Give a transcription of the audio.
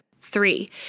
three